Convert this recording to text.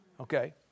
Okay